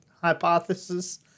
hypothesis